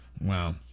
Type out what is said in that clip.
Wow